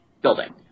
building